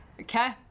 Okay